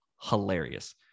hilarious